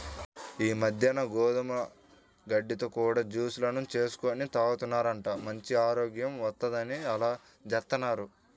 ఈ మద్దెన గోధుమ గడ్డితో కూడా జూస్ లను చేసుకొని తాగుతున్నారంట, మంచి ఆరోగ్యం వత్తందని అలా జేత్తన్నారు